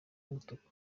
umutuku